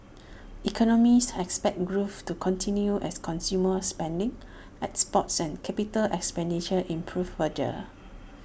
economists has expect growth to continue as consumer spending exports and capital expenditure improve further